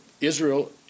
Israel